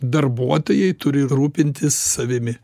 darbuotojai turi rūpintis savimi